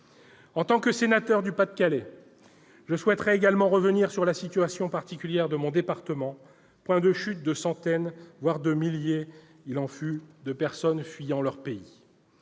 En tant que sénateur du Pas-de-Calais, je souhaite également revenir sur la situation particulière de mon département, point de chute de centaines, voire de milliers- il en fut -de personnes fuyant leur pays.